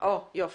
שלום לכם.